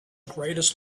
greatest